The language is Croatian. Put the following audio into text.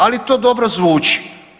Ali to dobro zvuči.